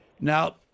Now